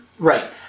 Right